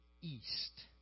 east